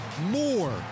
More